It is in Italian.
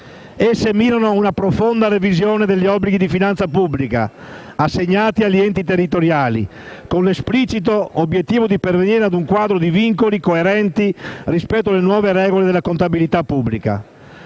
Esse mirano a una profonda revisione degli obblighi di finanza pubblica assegnati agli enti territoriali, con l'esplicito obiettivo di pervenire a un quadro di vincoli coerenti rispetto alle nuove regole della contabilità pubblica.